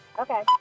Okay